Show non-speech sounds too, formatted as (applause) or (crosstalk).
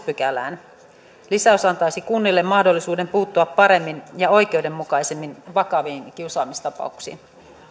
(unintelligible) pykälään lisäys antaisi kunnille mahdollisuuden puuttua paremmin ja oikeudenmukaisemmin vakaviin kiusaamistapauksiin